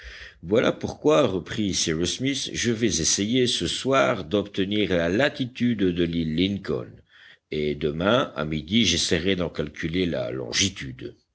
voilà pourquoi reprit cyrus smith je vais essayer ce soir d'obtenir la latitude de l'île lincoln et demain à midi j'essayerai d'en calculer la longitude